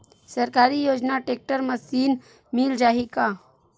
सरकारी योजना tractor machine मिल जाही का?